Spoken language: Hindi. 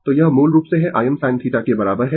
तो यह मूल रूप से है Im sinθ के बराबर है